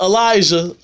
Elijah